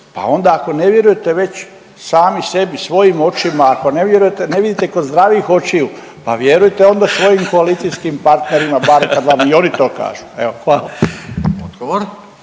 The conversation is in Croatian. pa onda ako ne vjerujete već sami sebi svojim očima, ne vidite kod zdravih očiju, pa vjerujte onda svojim koalicijskim partnerima bar kad vam i oni to kažu. Evo hvala.